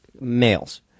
males